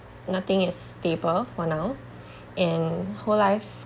nothing is stable for now in whole life